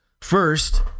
First